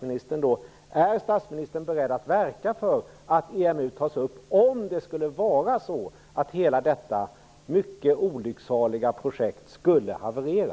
Är statsministern beredd att verka för att frågan om EMU tas upp, om det skulle vara så att hela detta mycket olycksaliga projekt skulle haverera?